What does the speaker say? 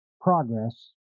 progress